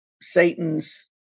Satan's